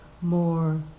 more